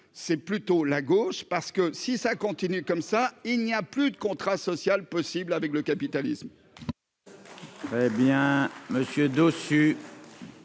c'est plutôt la gauche parce que si ça continue comme ça, il n'y a plus de contrat social possible avec le capitalisme.